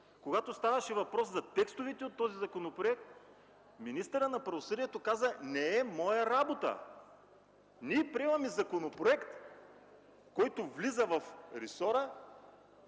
когато ставаше въпрос за текстовете от този законопроект, министърът на правосъдието каза: „Не е моя работа”. Ние приемаме законопроект, който влиза в ресора,